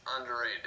underrated